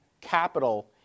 capital